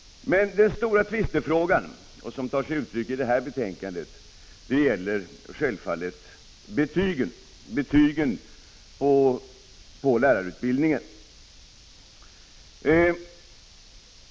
Men den stora tvistefrågan gäller självfallet — och det tar sig uttryck i det här betänkandet — betygen inom lärarutbildningen.